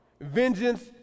Vengeance